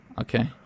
Okay